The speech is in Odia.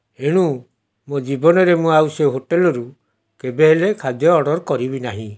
ଏଣୁ ମୋ ଜୀବନରେ ମୁଁ ଆଉ ସେ ହୋଟେଲରୁ କେବେହେଲେ ଖାଦ୍ୟ ଅର୍ଡ଼ର କରିବି ନାହିଁ